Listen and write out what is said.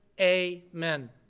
Amen